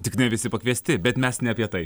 tik ne visi pakviesti bet mes ne apie tai